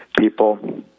people